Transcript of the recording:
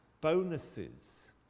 bonuses